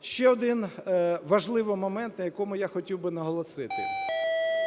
Ще один важливий момент, на якому я хотів би наголосити: